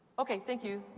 okay, thank you.